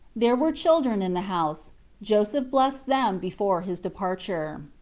there were children in the house joseph blessed them before his departure.